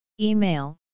Email